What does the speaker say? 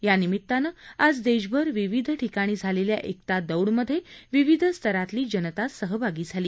यानिमित्तानं आज देशभर विविध ठिकाणी झालेल्या एकता दौडमधे विविध स्तरातली जनता सहभागी झाली